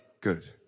good